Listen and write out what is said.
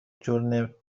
جور